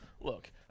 look